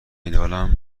ایدهآلم